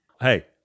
Hey